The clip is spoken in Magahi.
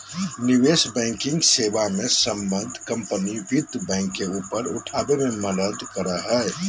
निवेश बैंकिंग सेवा मे सम्बद्ध कम्पनी वित्त बैंक के ऊपर उठाबे मे मदद करो हय